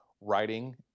writing